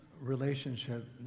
relationship